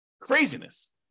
Craziness